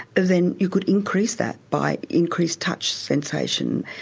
then you could increase that by increased touch sensation.